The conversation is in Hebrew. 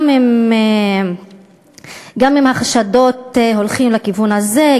גם אם החשדות הולכים לכיוון הזה,